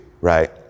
right